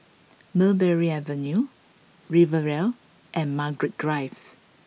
Mulberry Avenue Riviera and Margaret Drive